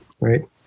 Right